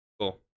Cool